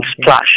splash